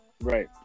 Right